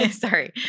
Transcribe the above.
sorry